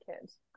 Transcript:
kids